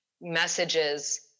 messages